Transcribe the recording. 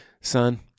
son